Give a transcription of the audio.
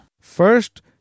First